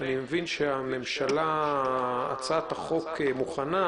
אני מבין שהצעת החוק מוכנה,